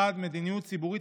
1. מדיניות ציבורית,